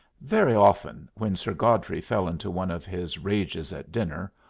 very often, when sir godfrey fell into one of his rages at dinner,